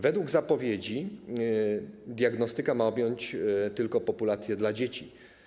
Według zapowiedzi diagnostyka ma objąć tylko populację dzieci.